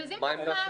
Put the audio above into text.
מבזבזים פה זמן.